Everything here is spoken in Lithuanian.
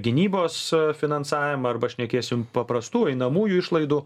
gynybos finansavimą arba šnekėsim paprastų einamųjų išlaidų